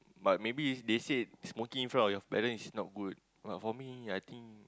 but maybe they said smoking in front of your parents is not good but for me I think